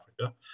Africa